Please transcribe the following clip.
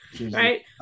right